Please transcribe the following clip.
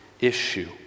issue